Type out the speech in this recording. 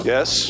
Yes